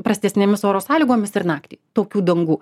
prastesnėmis oro sąlygomis ir naktį tokių dangų